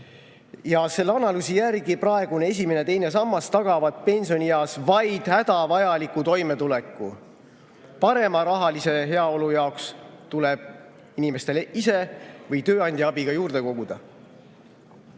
Selle analüüsi järgi praegune esimene ja teine sammas tagavad pensionieas vaid hädavajaliku toimetuleku. Parema rahalise heaolu jaoks tuleb inimestel ise või tööandja abiga juurde koguda.